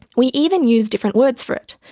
we even use different words for it,